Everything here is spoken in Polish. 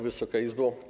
Wysoka Izbo!